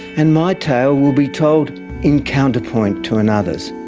and my tale will be told in counterpoint to another's.